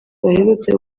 baherutse